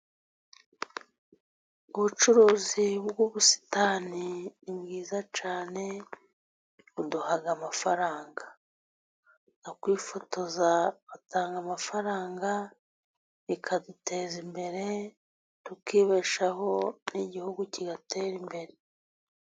Ubucuruzi bw'ubusitani ni bwiza cyane, buduha amafaranga, no kwifotoza batanga amafaranga, bikaduteza imbere, tukibeshaho n'igihugu kigatera imbere.